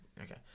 Okay